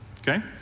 okay